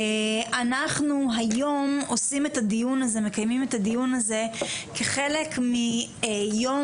אנחנו היום מקיימים את הדיון הזה כחלק מיום